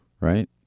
right